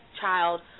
child